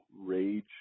rage